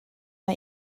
mae